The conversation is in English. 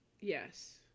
Yes